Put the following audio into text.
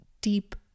deep